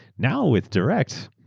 now, with direct,